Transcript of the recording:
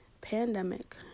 pandemic